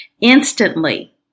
Instantly